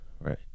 right